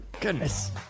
Goodness